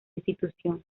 institución